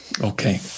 Okay